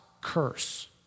curse